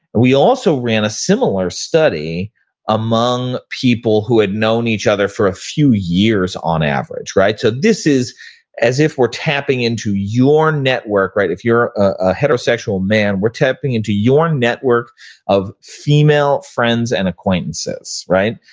we also ran a similar study among people who had known each other for a few years on average. right? so this is as if we're tapping into your network, right? if you're a heterosexual man, we're tapping into your network of female friends and acquaintances, right?